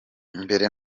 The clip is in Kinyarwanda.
mbere